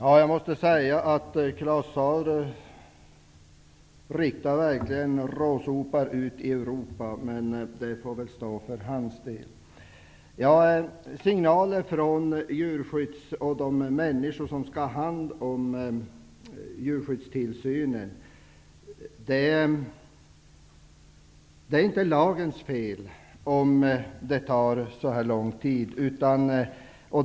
Herr talman! Claus Zaar riktar verkligen råsopar ut i Europa, men det får väl stå för honom. När det gäller signalerna från djurskyddsorganisationerna och de människor som skall ha hand om djurskyddstillsynen, är det inte lagens fel att det tar så lång tid.